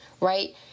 right